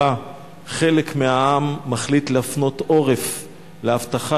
ובה חלק מהעם מחליט להפנות עורף להבטחה